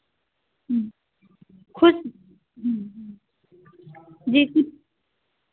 खुद जैसी